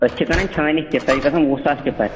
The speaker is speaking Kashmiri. أسۍ چھِ کٕنن چھٲنِتھ تہِ سۄ چھِ گژھان وُہ ساس ٹِپر